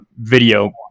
video